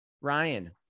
Ryan